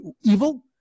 evil